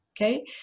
Okay